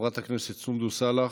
חברת הכנסת סונדוס סאלח,